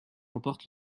emporte